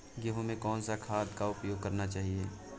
गेहूँ में कौन सा खाद का उपयोग करना चाहिए?